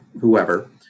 whoever